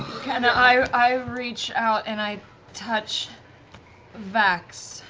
and i reach out, and i touch vax